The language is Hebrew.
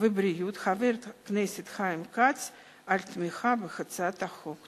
והבריאות חבר הכנסת חיים כץ על תמיכה בהצעת החוק.